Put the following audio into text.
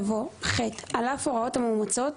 יבוא: "(ח) על אף ההוראות המאומצות,